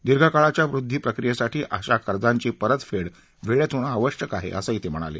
दीर्घकाळाच्या वृद्दी प्रक्रियेसाठी अशा कर्जाची परतफेड वेळेत होणं आवश्यक आहे असं ते म्हणाले